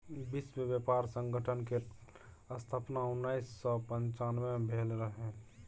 विश्व बेपार संगठन केर स्थापन उन्नैस सय पनचानबे मे भेल रहय